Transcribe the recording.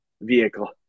vehicle